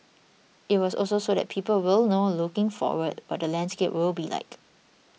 it was also so that people will know looking forward what the landscape will be like